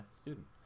student